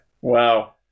Wow